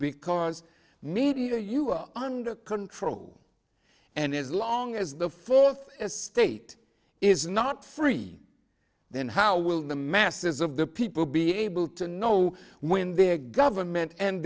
because maybe you are under control and as long as the fourth estate is not free then how will the masses of the people be able to know when their government and